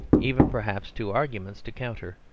even perhaps two arguments to counter,